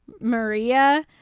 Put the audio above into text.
Maria